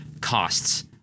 costs